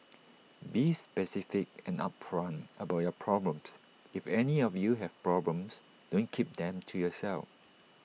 be specific and upfront about your problems if any of you have problems don't keep them to yourself